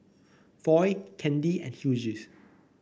Foy Candi and Hughes